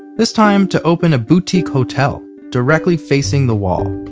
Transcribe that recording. this time to open a boutique hotel directly facing the wall.